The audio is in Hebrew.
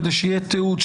כדי שיהיה תיעוד,